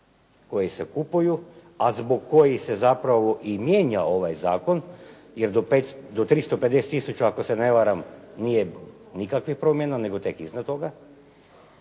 koji se kupuju, a zbog kojih se zapravo i mijenja ovaj zakon, jer do 350 tisuća, ako se ne varam, nije nikakva promjena nego tek iznad toga.